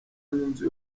n’inzu